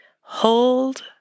Hold